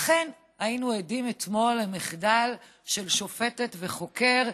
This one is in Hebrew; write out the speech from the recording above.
ואכן, היינו עדים אתמול למחדל של שופטת וחוקר.